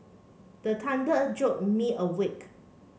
the thunder jolt me awake